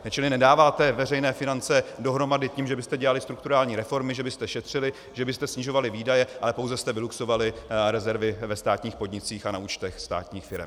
Čili nedáváte veřejné finance dohromady tím, že byste dělali strukturální reformy, že byste šetřili, že byste snižovali výdaje, ale pouze jste vyluxovali rezervy ve státních podnicích a na účtech státních firem.